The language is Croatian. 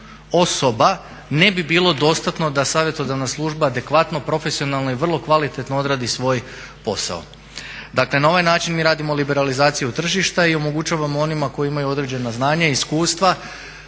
osoba ne bi bilo dostatno da savjetodavna služba adekvatno, profesionalno i vrlo kvalitetno odradi svoj posao. Dakle, na ovaj način mi radimo liberalizaciju tržišta i omogućavamo onima koji imaju određena znanja i iskustva